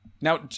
now